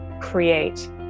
create